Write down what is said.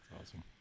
Awesome